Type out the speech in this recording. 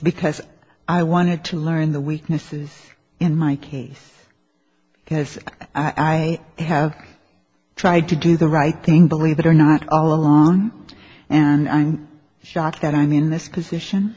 because i wanted to learn the weaknesses in my case because i i have tried to do the right thing believe it or not all along and i'm shocked that i'm in this position